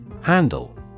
Handle